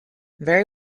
very